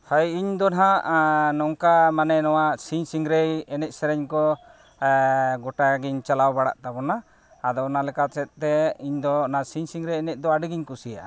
ᱦᱚᱭ ᱤᱧᱫᱚ ᱦᱟᱸᱜ ᱢᱟᱱᱮ ᱱᱚᱣᱟ ᱥᱤᱧ ᱥᱤᱝᱨᱟᱹᱭ ᱮᱱᱮᱡ ᱥᱮᱨᱮᱧ ᱠᱚ ᱜᱳᱴᱟ ᱜᱤᱧ ᱪᱟᱞᱟᱜ ᱵᱟᱲᱟᱜ ᱛᱟᱵᱚᱱᱟ ᱟᱫᱚ ᱚᱱᱟ ᱞᱮᱠᱟ ᱥᱮᱫᱼᱛᱮ ᱤᱧᱫᱚ ᱚᱱᱟ ᱥᱤᱧ ᱥᱤᱝᱨᱟᱹᱭ ᱮᱱᱮᱡ ᱫᱚ ᱟᱹᱰᱤᱜᱤᱧ ᱠᱩᱥᱤᱭᱟᱜᱼᱟ